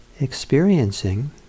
Experiencing